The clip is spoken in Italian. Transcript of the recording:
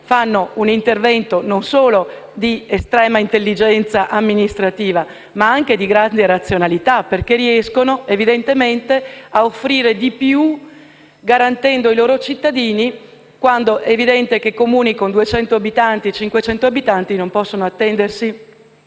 fanno un intervento non solo di estrema intelligenza amministrativa, ma anche di grande razionalità, perché riescono a offrire di più, garantendo i loro cittadini. È infatti evidente che Comuni con 200 o 500 abitanti non possono aspettarsi